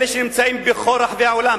אלה שנמצאים בכל רחבי העולם,